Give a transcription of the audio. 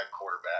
quarterback